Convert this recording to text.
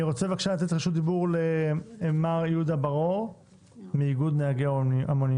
אני רוצה בבקשה לתת רשות דיבור למר יהודה בר אור מאיגוד נהגי המוניות.